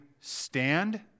stand